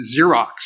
Xerox